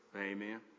Amen